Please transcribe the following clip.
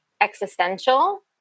existential